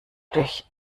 durch